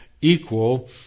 equal